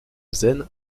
zen